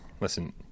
Listen